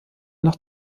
nach